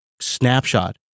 snapshot